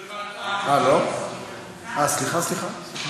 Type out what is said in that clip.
סליחה, סליחה.